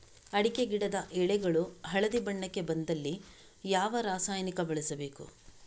ಅಡಿಕೆ ಗಿಡದ ಎಳೆಗಳು ಹಳದಿ ಬಣ್ಣಕ್ಕೆ ಬಂದಲ್ಲಿ ಯಾವ ರಾಸಾಯನಿಕ ಬಳಸಬೇಕು?